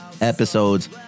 Episodes